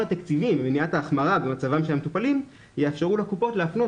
התקציבי במניעת ההחמרה במצבם של המטופלים יאפשרו לקופות להפנות